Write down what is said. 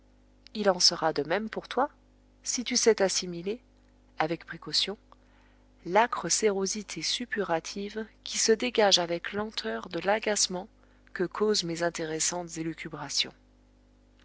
il en sera de même pour toi si tu sais t'assimiler avec précaution l'âcre sérosité suppurative qui se dégage avec lenteur de l'agacement que causent mes intéressantes élucubrations